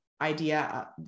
idea